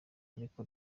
ariko